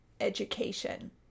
education